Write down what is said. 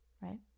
right